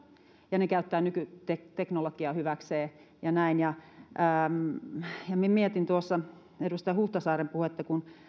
ja ne käyttävät nykyteknologiaa hyväkseen mietin tuossa edustaja huhtasaaren puhetta kun